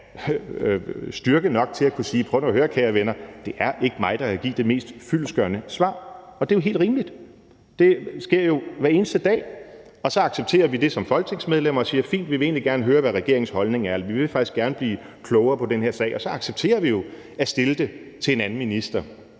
styrke nok til at kunne sige: Prøv nu at høre, kære venner, det er ikke mig, der kan give det mest fyldestgørende svar. Og det er helt rimeligt. Det sker jo hver eneste dag. Og så accepterer vi det som folketingsmedlemmer og siger: Fint, vi vil egentlig gerne høre, hvad regeringens holdning er. Vi vil faktisk gerne blive klogere på den her sag. Og så accepterer vi jo at stille spørgsmålet til en anden minister